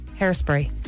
Hairspray